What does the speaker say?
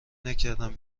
نکردم